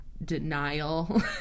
Denial